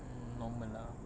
mm normal lah